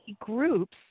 groups